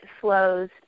flows